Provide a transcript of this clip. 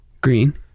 Green